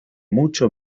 mucho